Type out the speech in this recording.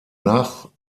nach